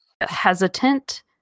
hesitant